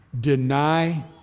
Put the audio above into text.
deny